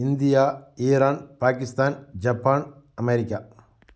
India Iran Pakistan Japan America